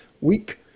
week